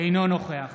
אינו נוכח